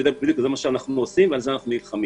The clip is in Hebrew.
יודע שזה מה שאנחנו עושים ועל זה אנחנו נלחמים.